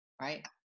Right